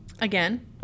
Again